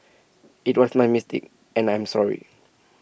IT was my mistake and I'm sorry